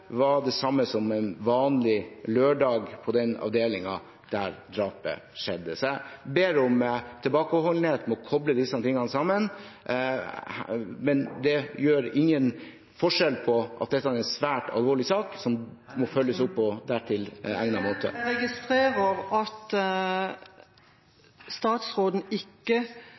en vanlig lørdag på den avdelingen der drapet skjedde. Jeg ber om tilbakeholdenhet med å koble disse tingene sammen. Men det forandrer ikke at dette er en svært alvorlig sak, som må følges opp på dertil egnet måte. Jeg registrerer at statsråden ikke